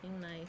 nice